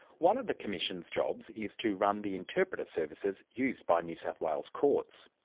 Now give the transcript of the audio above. one of the commission's jobs is to run the interpreter services used by new south wales courts.